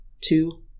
two